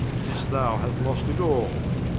sith thou hast lost it all